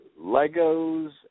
Legos